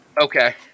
Okay